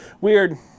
Weird